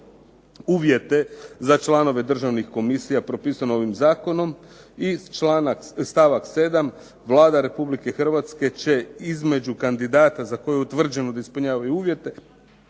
uvjete za članove državnih komisija propisane ovim zakonom. I stavak 7.: "Vlada Republike Hrvatske će između kandidata za koje je utvrđeno da ispunjavaju uvjete